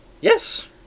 Yes